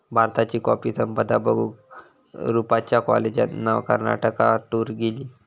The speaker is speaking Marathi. भारताची कॉफी संपदा बघूक रूपच्या कॉलेजातना कर्नाटकात टूर गेली